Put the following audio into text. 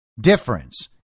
difference